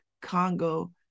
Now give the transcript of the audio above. Congo